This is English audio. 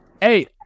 Hey